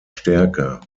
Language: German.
stärker